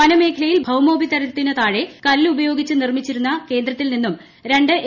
വനമേഖലയിൽ ഭൌമോപരിതലത്തിനു താഴെ കല്ല് ഉപയോഗിച്ച് നിർമ്മിച്ചിരുന്ന കേന്ദ്രത്തിൽ നിന്നും രണ്ട് എ